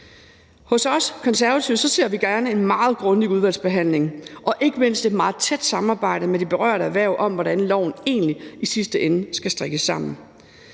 Hos os Konservative ser vi gerne en meget grundig udvalgsbehandling og ikke mindst et meget tæt samarbejde med de berørte erhverv om, hvordan loven egentlig i sidste ende skal strikkes sammen,